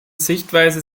sichtweise